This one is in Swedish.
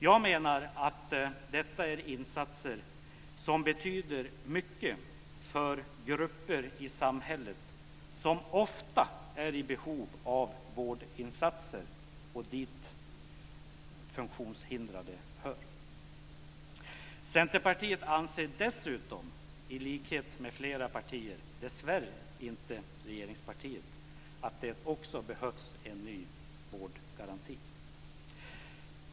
Jag menar att detta är insatser som betyder mycket för grupper i samhället som ofta är i behov av vårdinsatser, och dit hör funktionshindrade. Centerpartiet anser dessutom i likhet med flera partier, dessvärre inte regeringspartiet, att det behövs en ny vårdgaranti.